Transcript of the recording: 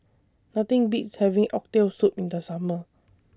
Nothing Beats having Oxtail Soup in The Summer